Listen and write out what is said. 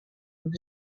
nhw